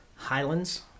Highlands